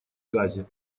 газе